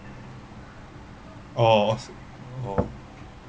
oh oh